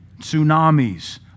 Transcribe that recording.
Tsunamis